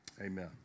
Amen